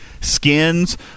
skins